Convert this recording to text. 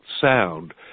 sound